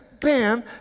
bam